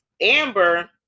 Amber